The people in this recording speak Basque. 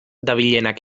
dabilenak